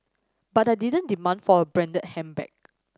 but I didn't demand for a branded handbag